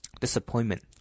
disappointment